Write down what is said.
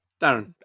Darren